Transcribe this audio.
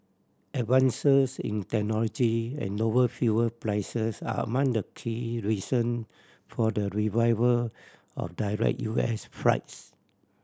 advances in technology and lower fuel prices are among the key reason for the revival of direct U S flights